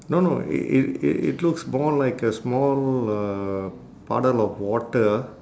no no it it it it looks more like a small uh puddle of water